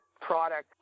product